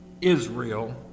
Israel